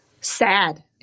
sad